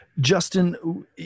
Justin